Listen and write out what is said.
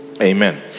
Amen